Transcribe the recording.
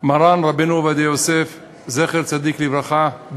מרן רבנו עובדיה יוסף זכר צדיק לברכה,